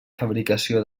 fabricació